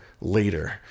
later